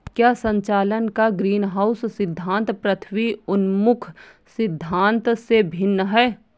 क्या संचालन का ग्रीनहाउस सिद्धांत पृथ्वी उन्मुख सिद्धांत से भिन्न है?